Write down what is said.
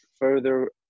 further